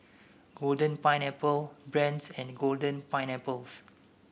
Golden Pineapple Brand's and Golden Pineapple